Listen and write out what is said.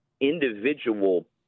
individual